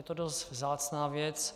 Je to dost vzácná věc.